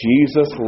Jesus